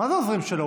מה זה העוזרים שלו?